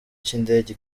cy’indege